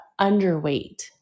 underweight